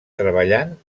treballant